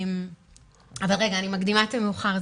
אבל אני מקדימה את המאוחר.